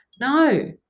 no